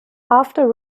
after